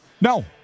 No